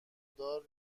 دار